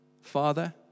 Father